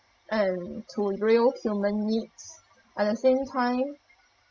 and to real human needs at the same time